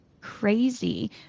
crazy